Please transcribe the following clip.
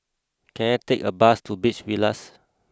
can I take a bus to Beach Villas